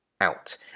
out